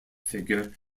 figure